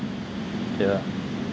K lah